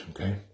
okay